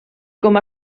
com